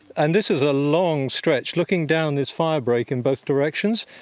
and this is a long stretch. looking down this firebreak in both directions,